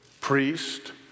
priest